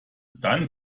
dann